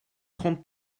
trente